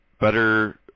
better